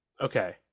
Okay